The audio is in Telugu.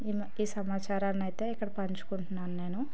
ఈ ఈ సమాచారానని అయితే ఇక్కడ పంచుకుంటున్నాను నేను